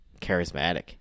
charismatic